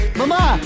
mama